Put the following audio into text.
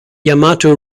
yamato